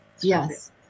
yes